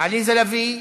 עליזה לביא,